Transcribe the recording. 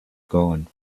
gone